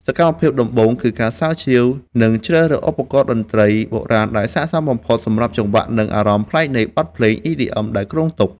សកម្មភាពដំបូងគឺការស្រាវជ្រាវ និងជ្រើសរើសឧបករណ៍តន្ត្រីបុរាណដែលស័ក្តិសមបំផុតសម្រាប់ចង្វាក់ និងអារម្មណ៍នៃបទភ្លេង EDM ដែលគ្រោងទុក។